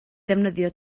ddefnyddio